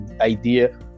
idea